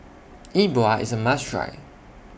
E Bua IS A must Try